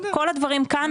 כל הדברים כאן,